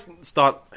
start